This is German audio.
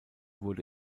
wurde